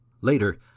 Later